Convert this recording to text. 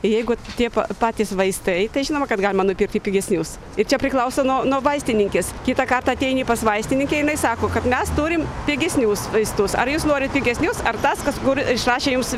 jeigu tie patys vaistai tai žinoma kad galima nupirkti pigesnius ir čia priklauso nuo nuo vaistininkės kitą kartą ateini pas vaistininkę jinai sako kad mes turim pigesnius vaistus ar jūs norit pigesnius ar tas kas kur išrašė jums